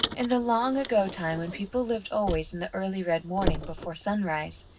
in the long ago time when people lived always in the early red morning, before sunrise,